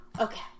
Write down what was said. okay